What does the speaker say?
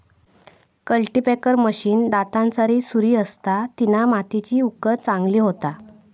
cultipacker machine दातांसारी सुरी असता तिना मातीची उकळ चांगली होता